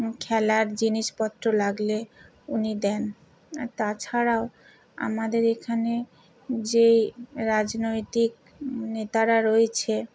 খেলার জিনিসপত্র লাগলে উনি দেন আর তাছাড়াও আমাদের এখানে যেই রাজনৈতিক নেতারা রয়েছে